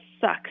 sucks